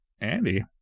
Andy